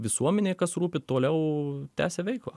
visuomenei kas rūpi toliau tęsia veiklą